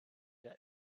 that